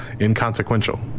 Inconsequential